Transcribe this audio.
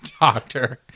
doctor